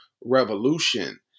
revolution